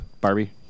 Barbie